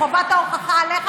חובת ההוכחה עליך,